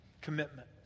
commitment